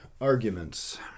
arguments